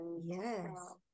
Yes